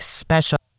special